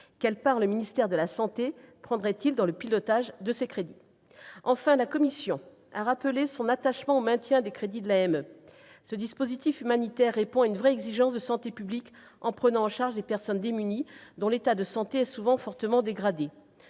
Quelle part le ministère de la santé prendra-t-il dans le pilotage de ces crédits ? Enfin, la commission a rappelé son attachement au maintien des crédits de l'AME. Ce dispositif humanitaire répond à une vraie exigence de santé publique, en prenant en charge des personnes démunies dont l'état de santé est souvent fortement dégradé.